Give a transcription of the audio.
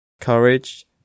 courage